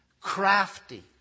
crafty